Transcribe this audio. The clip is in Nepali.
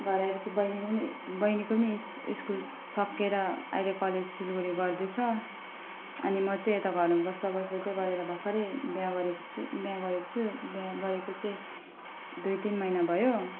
घर आएपछि बहिनीको पनि बहिनीको पनि स्कुल सकिएर अहिले कलेज सिलगढी गर्दैछ अनि म चाहिँ यता घरमा बस्दा बस्दा चाहिँ गरेर भर्खरै बिहे गरेको छु बिहे गरेको छु बिहे गरेको चाहिँ दुई तिन महिना भयो